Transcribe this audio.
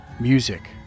Music